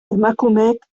emakumeek